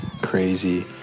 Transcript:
crazy